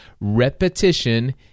repetition